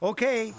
Okay